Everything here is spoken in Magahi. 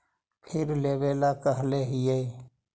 फिर लेवेला कहले हियै?